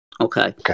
okay